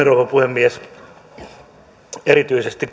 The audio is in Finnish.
rouva puhemies erityisesti